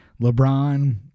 LeBron